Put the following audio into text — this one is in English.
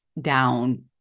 down